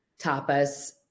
tapas